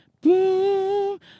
boom